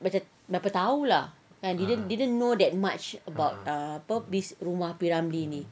macam berapa tahu lah didn't didn't know that much about err apa this rumah P ramlee ni